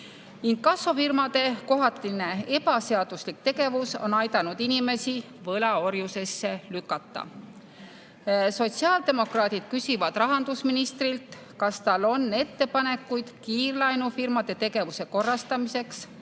Inkassofirmade kohatine ebaseaduslik tegevus on aidanud inimesi võlaorjusesse lükata. Sotsiaaldemokraadid küsivad rahandusministrilt, kas tal on ettepanekuid kiirlaenufirmade tegevuse korrastamiseks,